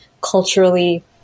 culturally